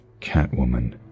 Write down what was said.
Catwoman